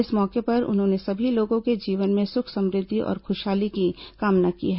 इस मौके पर उन्होंने सभी लोगों के जीवन में सुख समुद्धि और खुशहाली की कामना की है